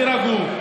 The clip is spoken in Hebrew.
תירגעו.